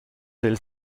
elles